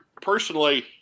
personally